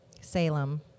Salem